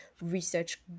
research